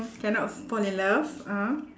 cannot fall in love (uh huh)